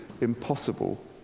impossible